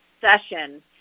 session